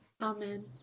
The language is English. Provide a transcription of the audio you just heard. Amen